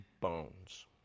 bones